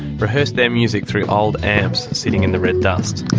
rehearse their music through old amps sitting in the red dust.